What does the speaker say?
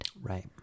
Right